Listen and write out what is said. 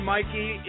Mikey